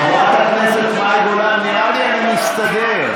חברת הכנסת מאי גולן, נראה לי שאני מסתדר.